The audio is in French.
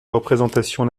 représentation